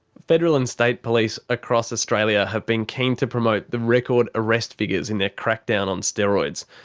federal and state police across australia have been keen to promote the record arrest figures in their crackdown on steroids,